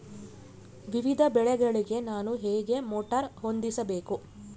ವಿವಿಧ ಬೆಳೆಗಳಿಗೆ ನಾನು ಹೇಗೆ ಮೋಟಾರ್ ಹೊಂದಿಸಬೇಕು?